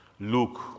look